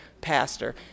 pastor